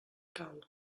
cau